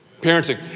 parenting